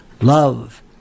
love